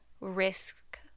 risk